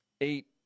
eight